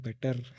better